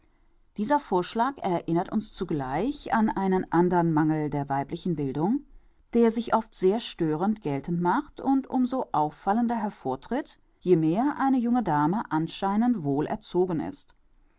dieser vorschlag erinnert uns zugleich an einen andern mangel der weiblichen bildung der sich oft sehr störend geltend macht und um so auffallender hervortritt je mehr eine junge dame anscheinend wohl erzogen ist